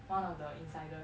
one of the insider